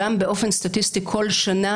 גם באופן סטטיסטי כל שנה,